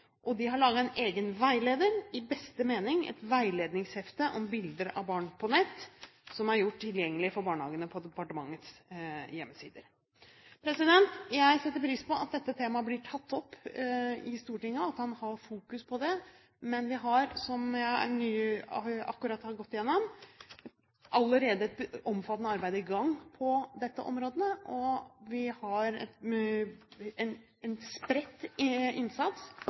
nettsider. De har laget en egen veileder: «I beste mening … Et veiledningshefte om bilder av barn på nett». Heftet er gjort tilgjengelig for barnehagene på departementets hjemmesider. Jeg setter pris på at dette temaet blir tatt opp i Stortinget, og at man har fokus på det. Men vi har, som jeg akkurat har gått gjennom, allerede et omfattende arbeid i gang på dette området, og vi har en spredt innsats,